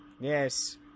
Yes